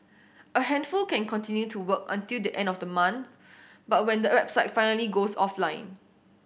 a handful can continue to work until the end of the month but when the website finally goes offline